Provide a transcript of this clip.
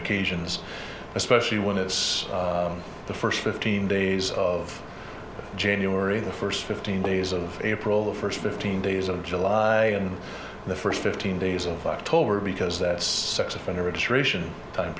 occasions especially when it's the first fifteen days of january the first fifteen days of april the first fifteen days of july and the first fifteen days of october because that is sex offender registration time